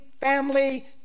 family